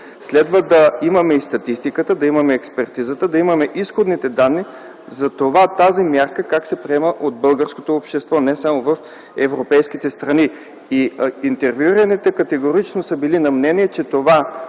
Следва да имаме статистиката, да имаме експертизата, да имаме изходните данни за това как тази мярка се приема от българското общество – не само в европейските страни. Интервюираните категорично са били на мнение, че това